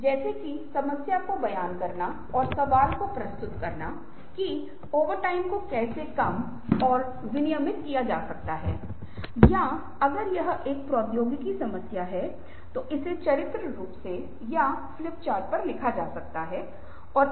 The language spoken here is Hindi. अगर मैं किसी समस्या के बारे में सोच रहा हूँ तो सभी सोच हो सकते हैं विभिन्न प्रकार की सोच एक साथ आती हैं मैं कहता हूं कि अगर मैं ऐसा करूं तो क्या होगा